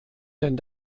denn